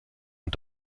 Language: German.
und